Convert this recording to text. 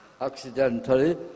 accidentally